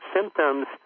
symptoms